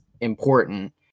important